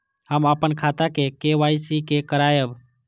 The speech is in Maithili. हम अपन खाता के के.वाई.सी के करायब?